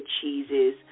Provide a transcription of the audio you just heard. cheeses